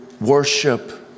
worship